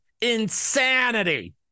Insanity